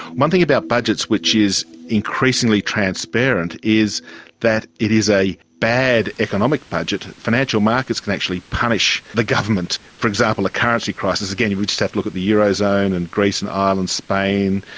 one thing about budgets which is increasingly transparent is that if it is a bad economic budget, financial markets can actually punish the government, for example the currency crisis. again, we just had a look at the eurozone, and and greece and ireland, spain,